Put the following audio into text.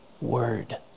word